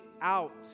out